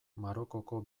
marokoko